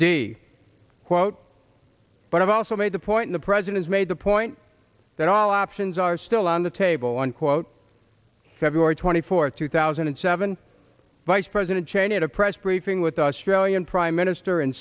d quote but i've also made the point the president's made the point that all options are still on the table unquote february twenty fourth two thousand and seven vice president cheney at a press briefing with australian prime minister